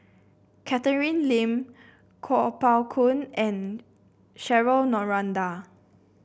Catherine Lim Kuo Pao Kun and Cheryl Noronha